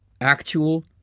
actual